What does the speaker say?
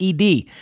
ED